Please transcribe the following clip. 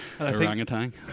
orangutan